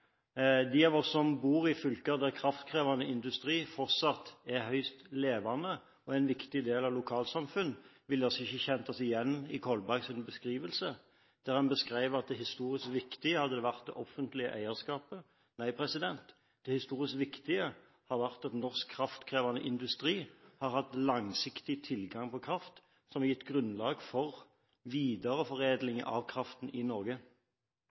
De av oss som bor i fylker der kraftkrevende industri fortsatt er høyst levende og en viktig del av lokalsamfunn, ville ikke kjent oss igjen i Kolbergs beskrivelse, der han beskrev at det historisk viktige har vært det offentlige eierskapet. Nei, det historisk viktige har vært at norsk kraftkrevende industri har hatt langsiktig tilgang på kraft, som har gitt grunnlag for videreforedling av kraften i Norge.